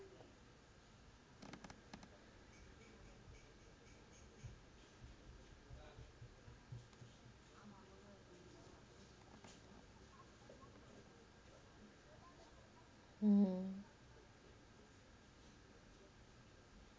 mm